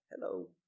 Hello